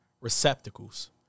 receptacles